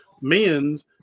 men's